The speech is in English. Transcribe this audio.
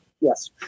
Yes